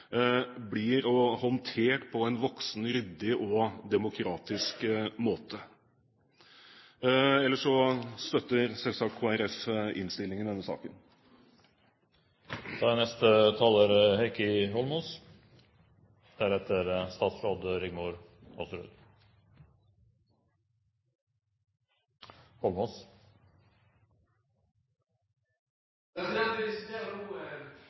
blir håndtert på en voksen, ryddig og demokratisk måte. Kristelig Folkeparti støtter selvsagt innstillingen i denne saken.